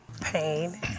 Pain